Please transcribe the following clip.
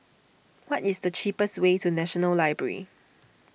what is the cheapest way to National Library